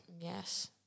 Yes